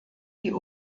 die